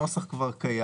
הנוסח כבר קיים.